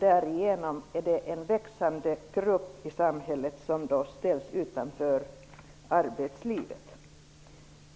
Därigenom är det en växande grupp i samhället som ställs utanför arbetslivet.